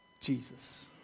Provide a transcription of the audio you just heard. Jesus